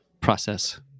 process